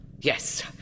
Yes